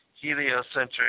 heliocentric